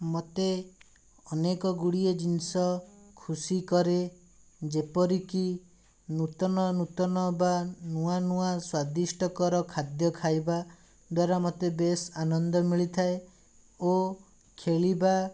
ମୋତେ ଅନେକ ଗୁଡ଼ିଏ ଜିନିଷ ଖୁସି କରେ ଯେପରିକି ନୂତନ ନୂତନ ବା ନୂଆ ନୂଆ ସ୍ଵାଦିଷ୍ଟକର ଖାଦ୍ୟ ଖାଇବାଦ୍ଵାରା ମୋତେ ବେଶ୍ ଆନନ୍ଦ ମିଳିଥାଏ ଓ ଖେଳିବା